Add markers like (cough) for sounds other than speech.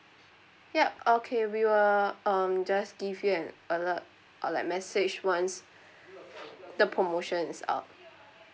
ya okay we will um just give you an alert or like message once (breath) the promotion is out